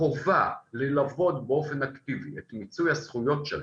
החובה ללוות באופן אקטיבי את מיצוי הזכויות שלהם.